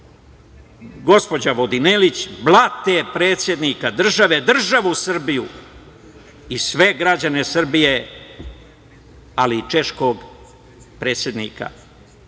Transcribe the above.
gospođa Vodinelić, blate predsednika države, državu Srbiju i sve građane Srbije, ali i češkog predsednika